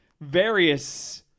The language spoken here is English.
various